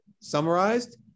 Summarized